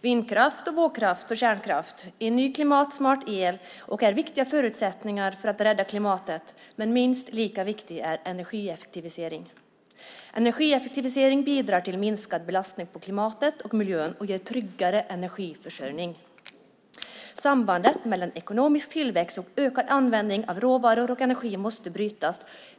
Vindkraft, vågkraft, kärnkraft och ny klimatsmart el är viktiga förutsättningar för att rädda klimatet, men minst lika viktig är energieffektivisering. Energieffektivisering bidrar till minskad belastning på klimatet och miljön och ger en tryggare energiförsörjning. Sambandet mellan ekonomisk tillväxt och ökad användning av råvaror och energi måste brytas.